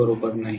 ते बरोबर नाही